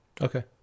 Okay